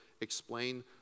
explain